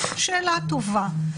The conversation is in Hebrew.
שאלה טובה.